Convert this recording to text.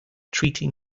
treating